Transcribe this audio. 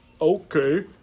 Okay